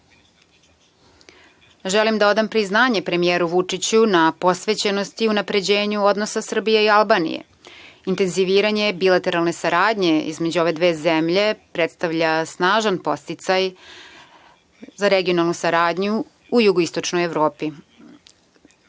da odam priznanje premijeru Vučiću na posvećenosti i unapređenju odnosa Srbije i Albanije, intenziviranje bilateralne saradnje između ove dve zemlje predstavlja snažan podsticaj za regionalnu saradnju u jugoističnoj Evropi.